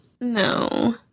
No